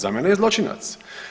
Za mene je zločinac.